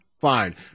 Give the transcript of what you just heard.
fine